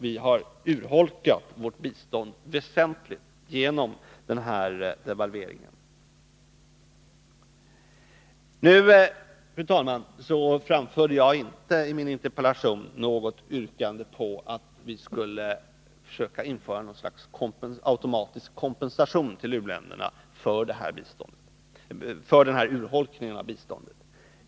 Vi har urholkat vårt bistånd väsentligt genom devalveringen. Fru talman! Jag framför i min interpellation inte något krav på att vi skulle försöka införa något slags automatisk kompensation till u-länderna för den här urholkningen av biståndet.